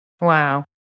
Wow